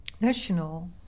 national